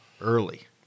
early